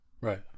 Right